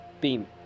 beam